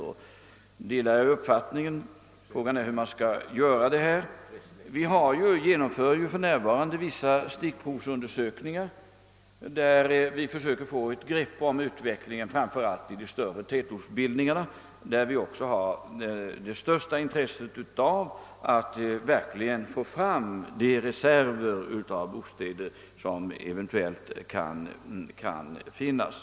Jag delar hans uppfattning, men frågan är hur det hela skall ske. Vi genomför för närvarande vissa stickprovsundersökningar, genom vilka vi söker få ett grepp om utvecklingen framför allt i de större tätortsbildningarna, där det föreligger det största intresset av att få fram de bostadsreserver som eventuellt kan finnas.